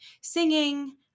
singing